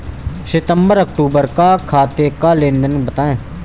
सितंबर अक्तूबर का खाते का लेनदेन बताएं